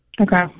Okay